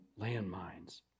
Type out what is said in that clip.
landmines